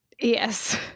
Yes